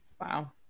Wow